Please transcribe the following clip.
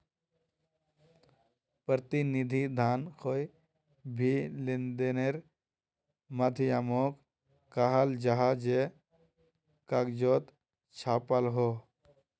प्रतिनिधि धन कोए भी लेंदेनेर माध्यामोक कहाल जाहा जे कगजोत छापाल हो